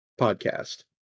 podcast